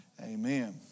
amen